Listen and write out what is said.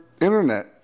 internet